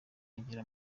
agira